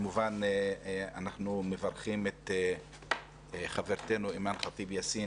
כמובן אנחנו מברכים את חברתנו אימאן ח'טיב יאסין